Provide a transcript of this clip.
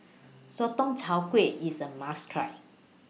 Sotong Char Kway IS A must Try